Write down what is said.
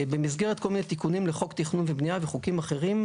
במסגרת כל מיני תיקונים לחוק התכנון והבנייה וחוקים אחרים,